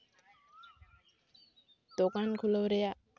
ᱫᱚᱠᱟᱱ ᱠᱷᱩᱞᱟᱹᱣ ᱨᱮᱭᱟᱜ